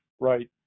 right